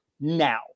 now